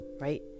right